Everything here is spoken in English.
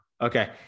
Okay